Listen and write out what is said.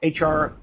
HR